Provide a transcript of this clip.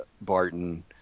Barton